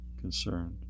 concerned